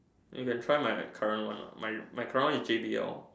you can try my current one lah my current one is J_B_L